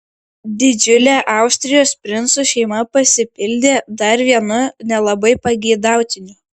didžiulė austrijos princų šeima pasipildė dar vienu nelabai pageidautinu